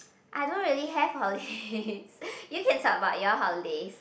I don't really have holidays you can talk about your holidays